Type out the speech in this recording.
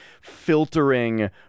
filtering